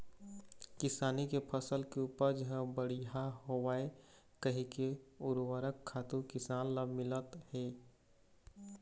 किसानी के फसल के उपज ह बड़िहा होवय कहिके उरवरक खातू किसान ल मिलत हे